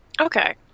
Okay